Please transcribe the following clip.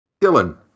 Dylan